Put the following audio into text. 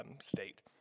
state